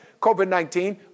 COVID-19